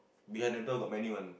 behind the door got many one